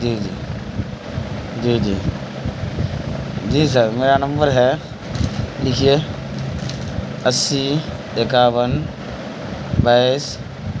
جی جی جی جی جی سر میرا نمبر ہے لکھیے اسی اکاون بائیس